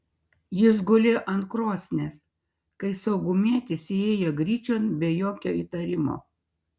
jis gulėjo ant krosnies kai saugumietis įėjo gryčion be jokio įtarimo